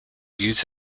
use